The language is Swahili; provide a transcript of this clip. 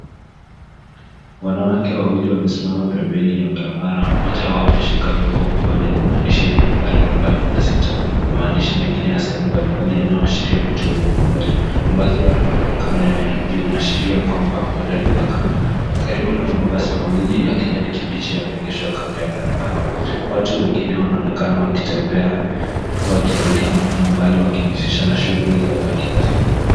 Wanawake wawili wamesimama pembeni ya barabara, mmoja wao ameshika bango kubwa lenye maandishi ya nambari arobaini na sita na maandishi mengine ya sehemu mbalimbali yanayoashiria vituo vya magari. Mavazi yao na mionekano vinaashiria kwamba huenda ni makanga. Karibu nao mabasi mawiili ya kijani kibichi yameegeshwa kando ya barabara. Watu wengine wanaonekana wakitembea wakielekea maeneo mbali wakijihusisha na shughuli zao za kila siku.